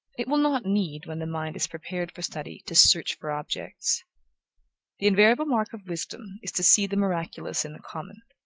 it will not need, when the mind is prepared for study, to search for objects. the invariable mark of wisdom is to see the miraculous in the common.